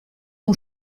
ton